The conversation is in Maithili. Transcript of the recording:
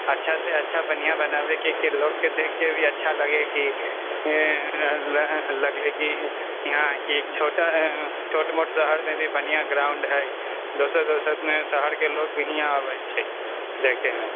अच्छा से अच्छा बन्हिया बनाबै के की लोकके भी देख के अच्छा लगे की लगलै की हँ की छोटा छोट मोट शहर मे भी बढ़िऑं ग्राउंड है दोसर दोसर शहर के लोक भी हियाँ आबै छै देखे लेल